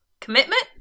commitment